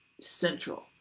central